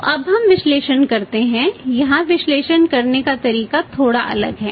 तो अब हम विश्लेषण करते हैं यहाँ विश्लेषण करने का तरीका थोड़ा अलग है